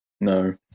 no